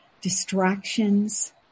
distractions